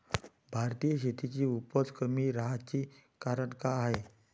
भारतीय शेतीची उपज कमी राहाची कारन का हाय?